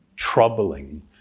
troubling